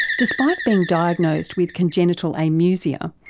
despite being diagnosed with congenital amusia,